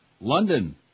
London